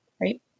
right